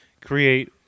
create